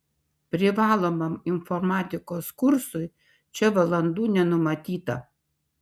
privalomam informatikos kursui čia valandų nenumatyta